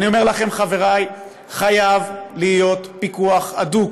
אני אומר לכם, חבריי: חייב להיות פיקוח הדוק